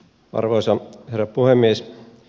arvoisa herra puhemies